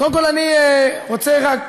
קודם כול, אני רוצה רק